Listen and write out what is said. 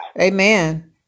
Amen